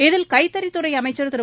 இதில் கைத்தறித் துறை அமைச்சர் திரு